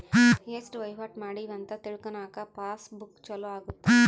ಎಸ್ಟ ವಹಿವಾಟ ಮಾಡಿವಿ ಅಂತ ತಿಳ್ಕನಾಕ ಪಾಸ್ ಬುಕ್ ಚೊಲೊ ಅಗುತ್ತ